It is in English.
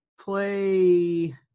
play